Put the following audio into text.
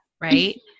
right